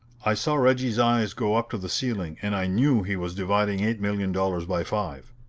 i saw reggie's eyes go up to the ceiling and i knew he was dividing eight million dollars by five.